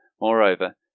Moreover